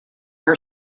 her